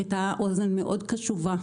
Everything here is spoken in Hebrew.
הייתה אוזן קשובה מאוד